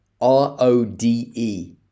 R-O-D-E